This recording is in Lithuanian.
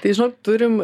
tai žinok turim